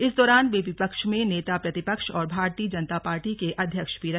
इस दौरान वे विपक्ष में नेता प्रतिपक्ष और भारतीय जनता पार्टी के अध्यक्ष भी रहे